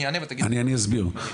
אני אסביר.